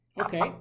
Okay